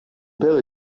père